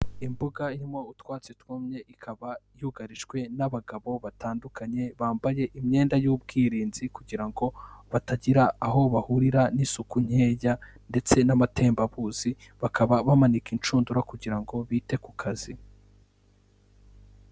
Imbuga irimo utwatsi twumye, ikaba yugarijwe n'abagabo batandukanye bambaye imyenda y'ubwirinzi kugira ngo batagira aho bahurira n'isuku nkeya ndetse n'amatembabuzi, bakaba bamanika inshundura kugira ngo bite ku kazi.